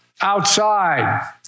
Outside